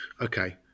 Okay